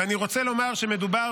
ואני רוצה לומר שמדובר,